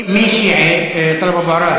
תאר לך מה היה, מי שיעי, טלב אבו עראר?